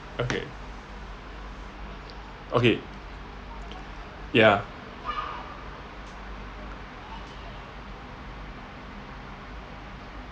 okay okay ya